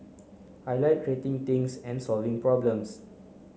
I like creating things and solving problems